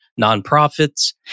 nonprofits